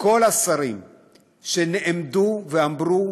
וכל השרים שנעמדו ואמרו,